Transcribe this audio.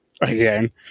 again